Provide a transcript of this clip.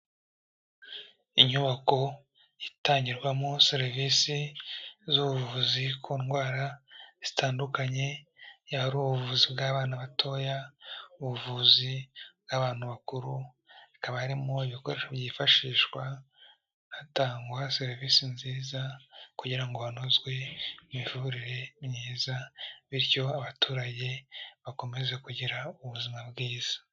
Inyubako itangirwamo serivisi z'ubuvuzi ku ndwara zitandukanye, yaba ari ubuvuzi bw'abana batoya, ubuvuzi bw'abantu bakuru, hakaba harimo ibikoresho byifashishwa hatangwa serivisi nziza kugira ngo hanozwe imivurire myiza bityo abaturage bakomeze kugira ubuzima bwiza.